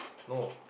no